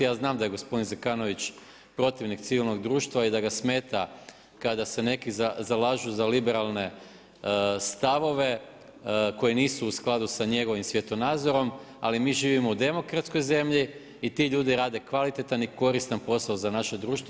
Ja znam da je gospodin Zekanović protivnog civilnog društva i da ga smeta kada se neki zalažu za liberalne stavove, koji nisu u skladu s njegovim svjetonazorom, ali mi živimo u demokratskoj zemlji i ti ljudi rade kvalitetan i koristan posao za naše društva.